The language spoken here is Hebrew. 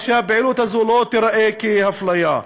אז שהפעילות הזאת לא תיראה אפליה.